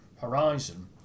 Horizon